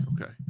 Okay